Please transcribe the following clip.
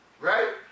Right